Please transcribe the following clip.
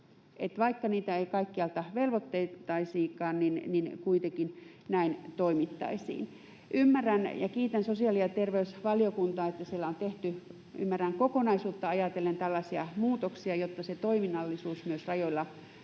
vaikka niitä ei kaikkialla velvoitettaisiinkaan, niin kuitenkin näin toimittaisiin. Ymmärrän ja kiitän sosiaali- ja terveysvaliokuntaa, että siellä on tehty — ymmärrän kokonaisuutta ajatellen — tällaisia muutoksia, jotta se toiminnallisuus myös rajoilla sitten